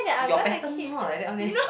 your pattern not like that one leh